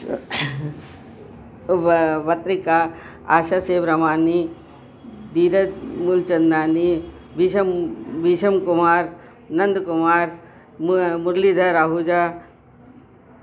व वर्तिका आशा सेवरामानी धीरज मूलचंदानी भीशम भीशम कुमार नंद कुमार म मुरली धर आहूजा